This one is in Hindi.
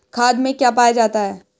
खाद में क्या पाया जाता है?